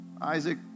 Isaac